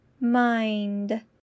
mind